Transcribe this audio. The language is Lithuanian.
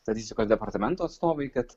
statistikos departamento atstovai kad